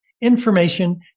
information